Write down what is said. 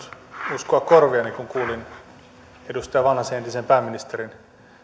uskoa korviani kun kuulin edustaja vanhasen entisen pääministerin